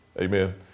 Amen